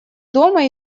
дома